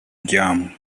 jam